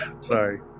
Sorry